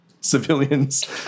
civilians